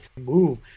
move